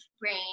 brain